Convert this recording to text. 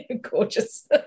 gorgeous